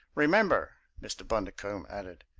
remember, mr. bundercombe added,